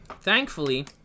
Thankfully